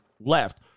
left